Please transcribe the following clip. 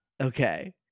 Okay